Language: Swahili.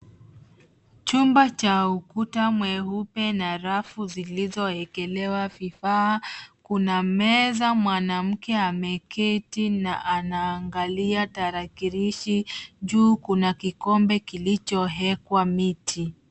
Chumba cha ukuta mweupe na rafu zilizoekelewa vifaa. Kuna meza, mwanamke ameketi na anaangalia tarakilishi. Juu kuna kikomba kilichoekwa miti.